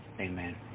Amen